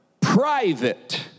private